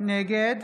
נגד